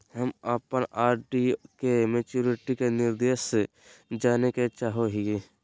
हम अप्पन आर.डी के मैचुरीटी के निर्देश जाने के चाहो हिअइ